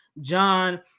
John